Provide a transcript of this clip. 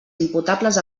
imputables